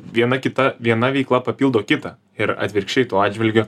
viena kita viena veikla papildo kitą ir atvirkščiai tuo atžvilgiu